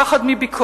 מתחיל פחד מביקורת